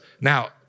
now